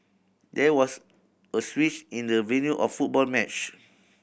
there was a switch in the venue of football match